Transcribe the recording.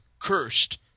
cursed